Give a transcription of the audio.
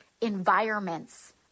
environments